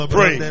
Pray